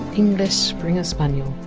english springer spaniel.